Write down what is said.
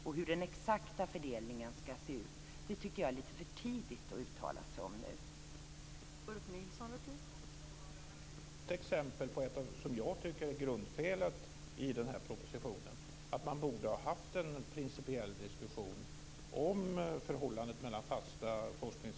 Jag tycker att det är lite för tidigt att uttala sig om hur den exakta fördelningen ska se ut.